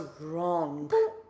wrong